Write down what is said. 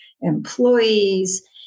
employees